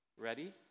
Ready